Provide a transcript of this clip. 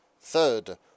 third